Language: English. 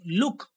look